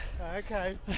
Okay